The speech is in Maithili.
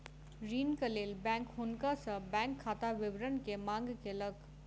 ऋणक लेल बैंक हुनका सॅ बैंक खाता विवरण के मांग केलक